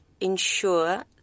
ensure